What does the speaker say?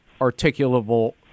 articulable